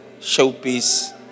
showpiece